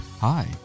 Hi